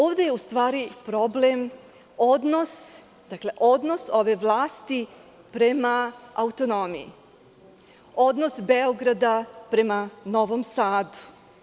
Ovde je u stvari problem odnos ove vlasti prema autonomiji, odnos Beograda prema Novom Sadu.